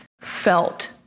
felt